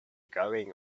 going